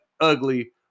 ugly